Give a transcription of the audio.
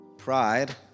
pride